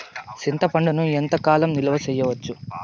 చింతపండును ఎంత కాలం నిలువ చేయవచ్చు?